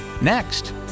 next